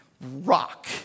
rock